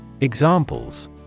Examples